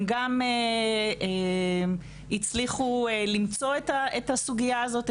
הם גם הצליחו למצוא את הסוגיה הזאת,